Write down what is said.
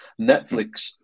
Netflix